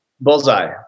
Bullseye